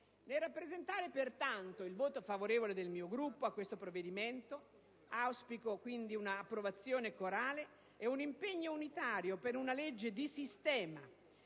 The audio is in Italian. Nel dichiarare pertanto il voto favorevole del mio Gruppo a questo provvedimento, auspico un'approvazione corale e un impegno unitario per una legge di sistema